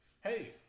hey